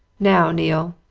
now, neale,